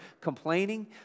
complaining